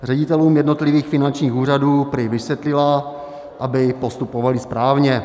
Ředitelům jednotlivých finančních úřadů prý vysvětlila, aby postupovali správně.